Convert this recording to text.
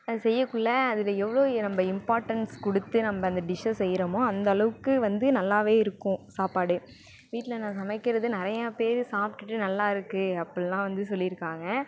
செய்யக்குள்ள அதில் எவ்வளோ நம்ம இம்பார்ட்டன்ஸ் கொடுத்து நம்ம அந்த டிஷ்ஷை செய்கிறமோ அந்த அளவுக்கு வந்து நல்லாவே இருக்கும் சாப்பாடு வீட்டில நான் சமைக்கிறது நிறையா பேர் சாப்பிடுட்டு நல்லா இருக்குது அப்பிடில்லாம் வந்து சொல்லியிருக்காங்க